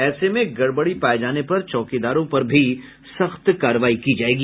ऐसे में गड़बड़ी पाये जाने पर चौकीदारों पर भी सख्त कार्रवाई की जायेगी